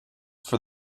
for